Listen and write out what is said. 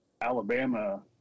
Alabama